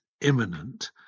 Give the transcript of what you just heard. imminent